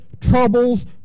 troubles